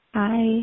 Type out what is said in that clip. Hi